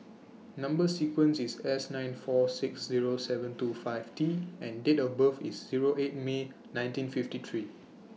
Number sequence IS S nine four six Zero seven two five T and Date of birth IS Zero eight May nineteen fifty three